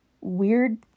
weird